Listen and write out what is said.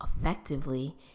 effectively